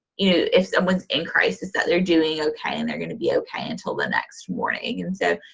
you know, if someone's in crisis that they're doing okay and they're going to be okay until the next morning. and so,